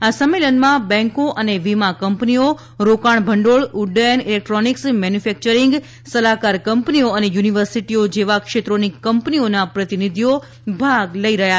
આ સંમેલનમાં બેંકો અને વીમા કંપનીઓ રોકાણ ભંડોળ ઉદ્દયન ઇલેક્ટ્રોનિક્સ મેન્યુફેક્ચરીંગ સલાહકાર કંપનીઓ અને યુનિવર્સિટીઓ જેવા ક્ષેત્રોની કંપનીઓના પ્રતિનિધિઓ ભાગ લઈ રહ્યા છે